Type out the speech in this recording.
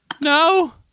No